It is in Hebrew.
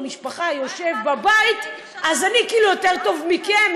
עם המשפחה בבית אז אני כאילו יותר טוב מכם,